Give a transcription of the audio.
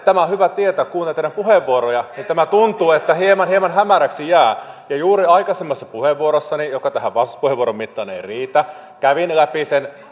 tämä on hyvä tietää kuulen teidän puheenvuorojanne ja tuntuu siltä että hieman hieman hämäräksi jää ja juuri aikaisemmassa puheenvuorossani johon tämä vastauspuheenvuoron mitta ei riitä kävin läpi sen